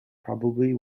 probably